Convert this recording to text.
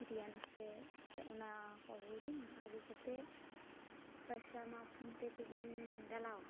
ᱵᱤᱨᱤᱭᱟᱱᱤ ᱥᱮ ᱮᱱᱛᱮᱫ ᱚᱱᱟ ᱠᱚ ᱟᱹᱜᱩᱣᱫᱤᱧᱟ ᱟᱹᱜᱩ ᱠᱟᱛᱮᱫ ᱯᱟᱭᱥᱟ ᱢᱟ ᱯᱷᱳᱱ ᱯᱮᱹ ᱛᱮᱜᱮᱧ ᱰᱟᱞᱟᱣᱟᱠᱟᱜ